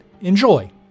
Enjoy